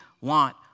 want